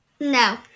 No